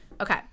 Okay